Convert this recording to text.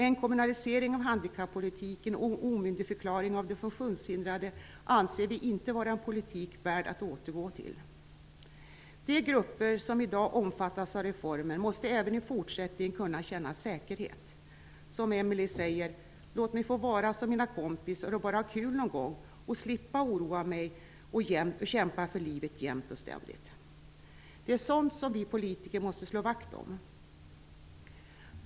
En kommunalisering av handikappolitiken och en omyndigförklaring av de funktionshindrade anser vi inte vara en politik värd att återgå till. De grupper som i dag omfattas av reformen måste även i fortsättningen kunna känna säkerhet. Som Emelie säger: "- låt mig få vara som mina kompisar och bara ha kul någon gång och slippa oroa mig och kämpa för livet jämt och ständigt". Det är sådant som vi politiker måste slå vakt om.